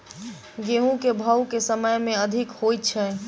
गेंहूँ केँ भाउ केँ समय मे अधिक होइ छै?